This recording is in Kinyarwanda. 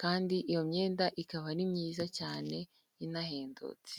kandi iyo myenda ikaba ari myiza cyane inahendutse.